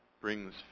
brings